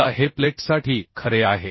आता हे प्लेटसाठी खरे आहे